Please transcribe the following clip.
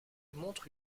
montre